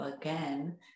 again